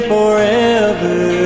Forever